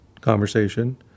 conversation